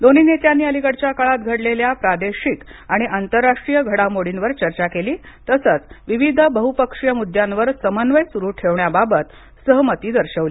दोन्ही नेत्यांनी अलीकडच्या काळात घडलेल्या प्रादेशिक आणि आंतरराष्ट्रीय घडामोडींवर चर्चा केली तसंच विविध बहुपक्षीय मुद्द्यांवर समन्वय सुरू ठेवण्याबाबत सहमती दर्शवली